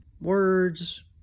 words